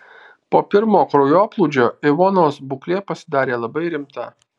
po pirmo kraujoplūdžio ivonos būklė pasidarė labai rimta